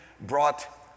brought